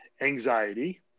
anxiety